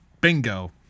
Bingo